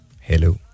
Hello